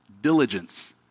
diligence